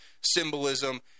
symbolism